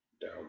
down